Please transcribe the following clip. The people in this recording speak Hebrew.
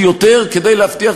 אני אומר,